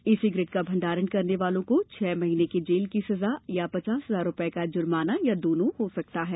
ई cigarette का भंडारण करने वालों को छह महीने की जेल की सजा या पचास हजार रूपये का जुर्माना या दोनों हो सकता है